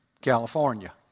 California